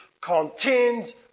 contend